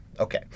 Okay